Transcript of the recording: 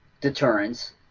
deterrence